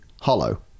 hollow